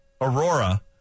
Aurora